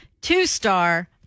two-star